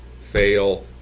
fail